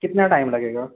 कितना टाइम लगेगा